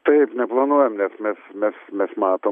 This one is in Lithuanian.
taip neplanuojam nes mes mes mes matom